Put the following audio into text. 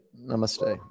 Namaste